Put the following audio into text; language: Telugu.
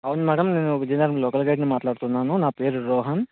అవును మ్యాడమ్ నేను విజయనగరం లోకల్ గైడ్నే మాట్లాడుతున్నాను నా పేరు రోహన్